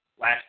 last